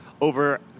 over